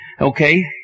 okay